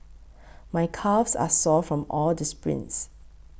my calves are sore from all the sprints